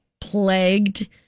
plagued